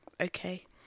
Okay